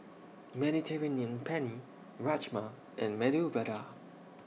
Mediterranean Penne Rajma and Medu Vada